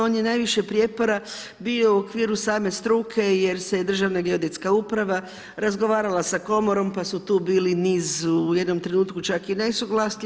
On je najviše prijepora bio u okviru same struke jer se je Državna geodetska uprava razgovarala sa Komorom pa su tu bili niz u jednom trenutku čak i nesuglasje.